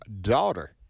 daughter